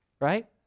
right